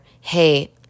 hey